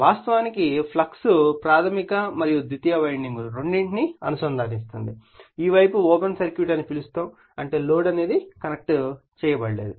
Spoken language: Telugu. వాస్తవానికి ఫ్లక్స్ ప్రాధమిక మరియు ద్వితీయ వైండింగ్ రెండింటినీ అనుసంధానిస్తుంది ఈ వైపు ఓపెన్ సర్క్యూట్ అని పిలుస్తారు అంటే లోడ్ కనెక్ట్ కాలేదు